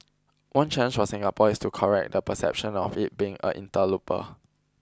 one challenge for Singapore is to correct the perception of it being a interloper